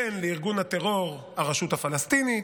בין שלארגון הטרור הרשות הפלסטינית,